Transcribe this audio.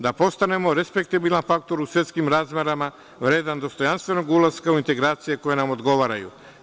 Da postanemo respektibilan faktor u svetskim razmerama, vredan dostojanstvenog ulaska u integracije koje nam odgovaraju.